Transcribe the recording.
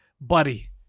buddy